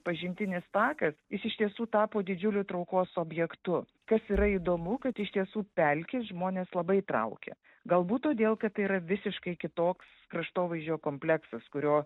pažintinis takas jis iš tiesų tapo didžiuliu traukos objektu kas yra įdomu kad iš tiesų pelkės žmones labai traukia galbūt todėl kad tai yra visiškai kitoks kraštovaizdžio kompleksas kurio